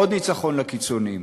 עוד ניצחון לקיצונים.